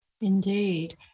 indeed